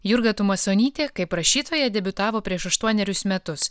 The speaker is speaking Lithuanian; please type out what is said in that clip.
jurga tumasonytė kaip rašytoja debiutavo prieš aštuonerius metus